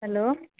hello